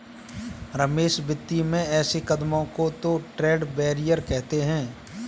रमेश वित्तीय में ऐसे कदमों को तो ट्रेड बैरियर कहते हैं